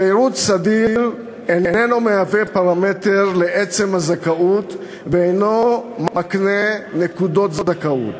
שירות סדיר איננו מהווה פרמטר לעצם הזכאות ואינו מקנה נקודות זכאות.